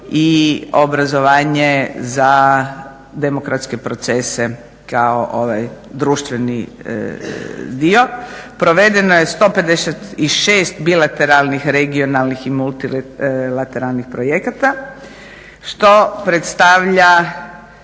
i obrazovanje za demokratske procese kao ovaj društveni dio. Provedeno je 156 bilateralnih, regionalnih i multilateralnih projekata, što predstavlja